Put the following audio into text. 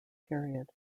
period